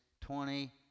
twenty